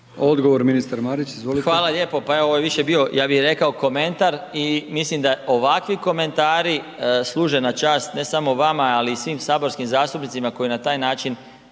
Odgovor ministar Marić, izvolite. **Marić, Zdravko** Hvala lijepo. Pa evo ovo je više bio ja bih rekao komentar i mislim da ovakvi komentari služe na čast ne samo vama ali i svim saborskim zastupnicima koji na taj način